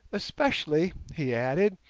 especially he added,